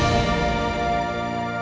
and